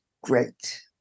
great